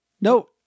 No